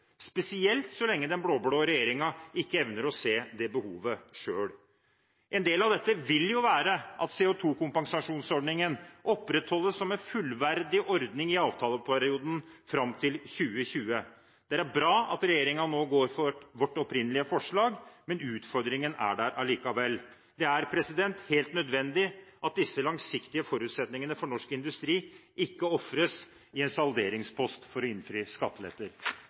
spesielt så lenge den blå-blå regjeringen ikke evner å se det behovet selv. En del av dette vil være at CO2-kompensasjonsordningen opprettholdes som en fullverdig ordning i avtaleperioden fram til 2020. Det er bra at regjeringen nå går inn for vårt opprinnelige forslag, men utfordringen er der likevel. Det er helt nødvendig at disse langsiktige forutsetningene for norsk industri ikke ofres i en salderingspost for å innfri skatteletter.